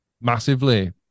massively